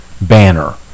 banner